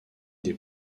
des